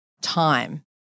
time